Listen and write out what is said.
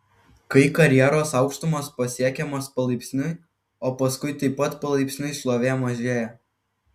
kai karjeros aukštumos pasiekiamos palaipsniui o paskui taip pat palaipsniui šlovė mažėja